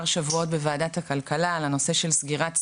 שבועות בוועדת הכלכלה על הנושא של סגירת סניפים.